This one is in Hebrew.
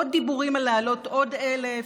עוד דיבורים על להעלות עוד 1,000,